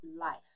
life